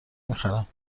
میخرم